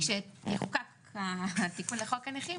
כשיחוקק התיקון לחוק הנכים,